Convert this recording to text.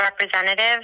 representative